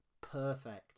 Perfect